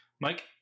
Mike